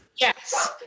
Yes